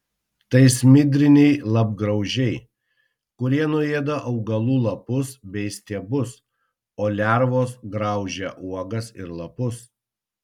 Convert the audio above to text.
tai smidriniai lapgraužiai kurie nuėda augalų lapus bei stiebus o lervos graužia uogas ir lapus